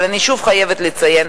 אבל אני שוב חייבת לציין,